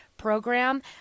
program